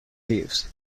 views